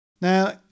Now